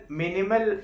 minimal